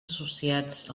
associats